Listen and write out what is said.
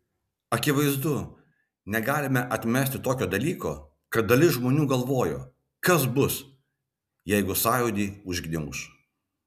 akivaizdu negalime atmesti tokio dalyko kad dalis žmonių galvojo kas bus jeigu sąjūdį užgniauš